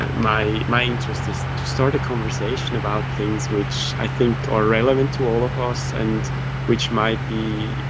and my my interest is to start a conversation about things which i think are relevant to all of us and which might be,